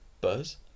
Buzz